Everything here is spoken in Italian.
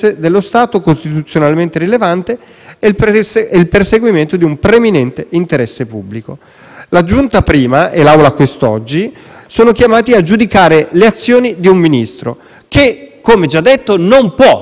La Giunta prima, e l'Aula oggi, sono chiamati a giudicare le azioni di un Ministro, che, come già detto, non può essere sopra la legge. E se oggi siamo chiamati a verificare la sussistenza di un interesse dello Stato